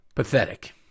Pathetic